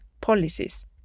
policies